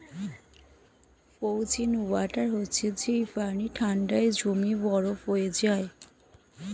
frozen water হচ্ছে যেই পানি ঠান্ডায় জমে বরফ হয়ে যায়